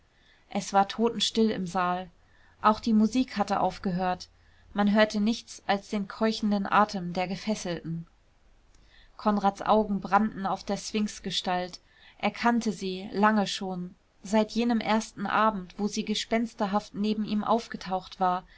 es war totenstill im saal auch die musik hatte aufgehört man hörte nichts als den keuchenden atem der gefesselten konrads augen brannten auf der sphinxgestalt er kannte sie lange schon seit jenem ersten abend wo sie gespensterhaft neben ihm aufgetaucht war